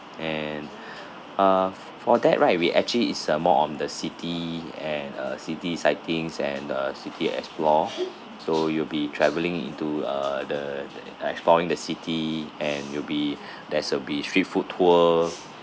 and uh for that right we actually is uh more on the city and a city sightings and the city explore so you'll be travelling into uh the exploring the city and you'll be there shall be street food tour